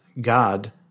God